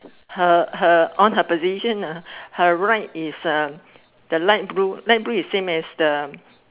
her her on her position ah her right is uh the light blue light blue is same as the